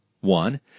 one